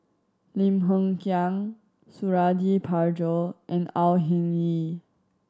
Lim Hng Kiang Suradi Parjo and Au Hing Yee